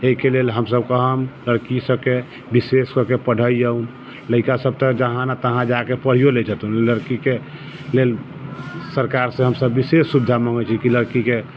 एहिके लेल हमसब कहब लड़की सबके विशेष कऽके पढ़ैऔ लइकासब तऽ जहाँ नहि तहाँ जाके पढ़िओ लै छथुन लड़कीके लेल सरकारसँ हमसब विशेष सुविधा माँगै छी कि लड़कीके